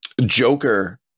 Joker